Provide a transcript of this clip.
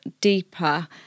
deeper